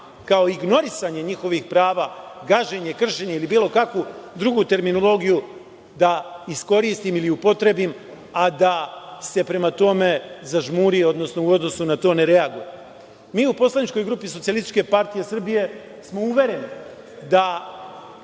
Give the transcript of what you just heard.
kao ignorisanje njihovih prava, gaženje, kršenje ili bilo kakvu drugu terminologiju da iskoristitim ili upotrebim, a da se prema tome zažmuri, odnosno u odnosu na to ne reaguje. Mi u poslaničkoj grupi Socijalističke partije Srbije smo uvereni da